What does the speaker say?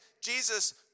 Jesus